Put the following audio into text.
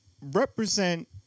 represent